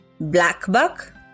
Blackbuck